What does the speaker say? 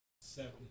seven